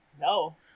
No